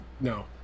no